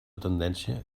tendència